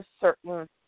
certain